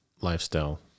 lifestyle